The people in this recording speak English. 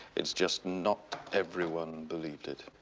it's just not everyone believed it.